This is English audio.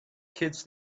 kids